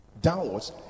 downwards